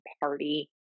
party